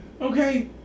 Okay